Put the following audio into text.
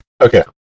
Okay